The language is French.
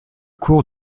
cours